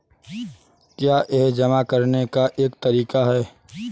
क्या यह जमा करने का एक तरीका है?